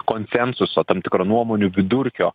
konsensuso tam tikro nuomonių vidurkio